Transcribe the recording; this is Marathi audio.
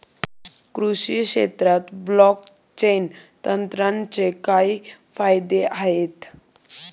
कृषी क्षेत्रात ब्लॉकचेन तंत्रज्ञानाचे काय फायदे आहेत?